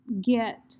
get